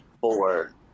four